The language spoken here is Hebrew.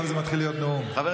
אתם לא מחזירים אותנו לעידן,